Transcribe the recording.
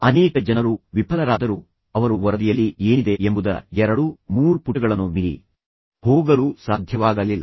ಅನೇಕ ಜನರು ವಿಫಲರಾದರು ಅವರು ವರದಿಯಲ್ಲಿ ಏನಿದೆ ಎಂಬುದರ ಎರಡು ಮೂರು ಪುಟಗಳನ್ನು ಮೀರಿ ಹೋಗಲು ಸಾಧ್ಯವಾಗಲಿಲ್ಲ